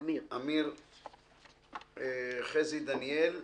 חזי דניאל,